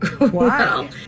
Wow